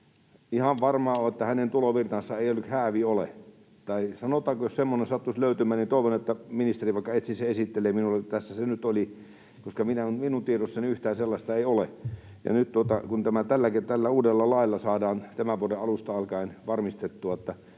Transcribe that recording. ihan varmaa on, ei nyt häävi ole, tai sanotaanko, että jos semmoinen sattuisi löytymään, niin toivon, että ministeri vaikka etsii ja esittelee minulle, että tässä hän nyt oli, koska minun tiedossani yhtään sellaista ei ole. Tämä saadaan tällä uudella lailla tämän vuoden alusta alkaen varmistettua, että